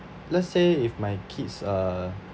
let's say if my kids are